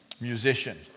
musician